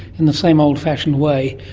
in the same old-fashioned way.